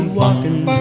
walking